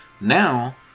now